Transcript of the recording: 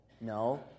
no